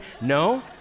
no